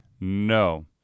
No